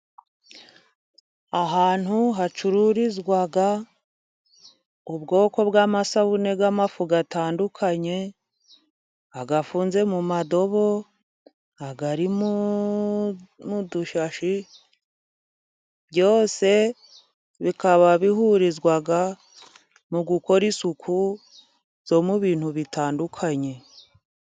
Ahantu hacururizwa ubwoko bw'amasabune y'ifu atandukanye, afunze mu ndobo, ari mu dushashi, byose bikaba bihurizwa mu gukora isuku yo mu bintu bitandukanye.